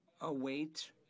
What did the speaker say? await